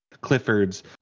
Clifford's